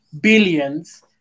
billions